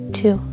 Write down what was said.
two